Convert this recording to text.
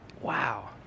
wow